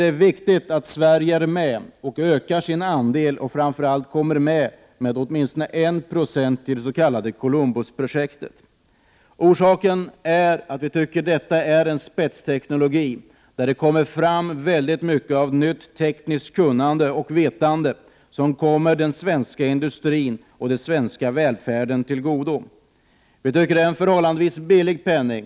Det är viktigt att Sverige är med och ökar sin andel, framför allt att Sverige är delaktigt med åtminstone 1 92 i det s.k. Columbusprojektet. Orsaken är att vi tycker detta är en spetsteknologi där det kommer fram mycket av nytt tekniskt kunnande och vetande som kommer den svenska industrin och den svenska välfärden till godo. Dessutom tycker vi att det är fråga om en förhållandevis billig penning.